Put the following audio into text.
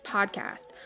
Podcast